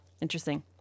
interesting